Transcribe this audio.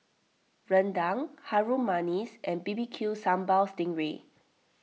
Rendang Harum Manis and B B Q Sambal Sting Ray